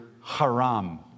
haram